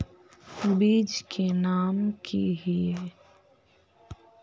बीज के नाम की हिये?